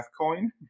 coin